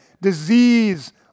disease